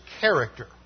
character